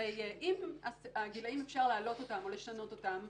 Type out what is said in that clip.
הרי אם אפשר להעלות את הגילאים או לשנות אותם,